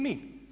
Mi.